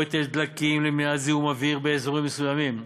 או היטל דלקים למניעת זיהום אוויר באזורים מסוימים.